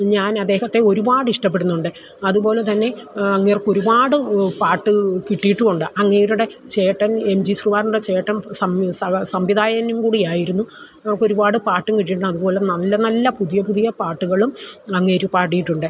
ഞാനദ്ദേഹത്തെ ഒരുപാടിഷ്ടപ്പെടുന്നുണ്ട് അതുപോലെത്തന്നെ അങ്ങേർക്കൊരുപാട് പാട്ട് കിട്ടിയിട്ടുമുണ്ട് അങ്ങേരുടെ ചേട്ടൻ എം ജീ ശ്രീകുമാറിൻ്റെ ചേട്ടൻ സംവിധായകനും കൂടി ആയിരുന്നു നമുക്കൊരുപാട് പാട്ടും കിട്ടിയിട്ടുണ്ട് അതുപോലെ നല്ല നല്ല പുതിയ പുതിയ പാട്ടുകളും അങ്ങേർ പാടിയിട്ടുണ്ട്